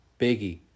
Biggie